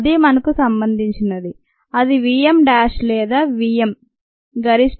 అది మనకు సంబంధించినది అది v m డాష్ లేదా v m గరిష్ట రేటు